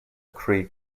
creek